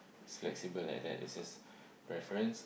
it's flexible like that it's just preference